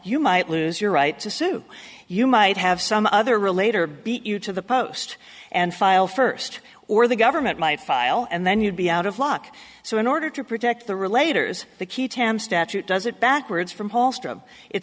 you might lose your right to sue you might have some other relator beat you to the post and file first or the government might file and then you'd be out of luck so in order to protect the relator is the key tam statute does it backwards from